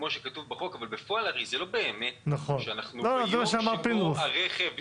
כלשונו אבל בפועל הרי זה לא באמת שאנחנו מגיעים בדיוק ביום הנכון.